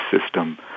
system